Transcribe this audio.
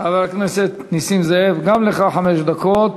חבר הכנסת נסים זאב, גם לך חמש דקות.